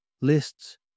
lists